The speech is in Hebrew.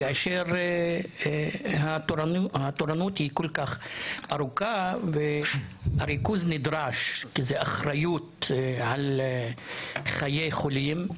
כאשר התורנות כל כך ארוכה והריכוז נדרש כי זו אחריות על חיי חולים.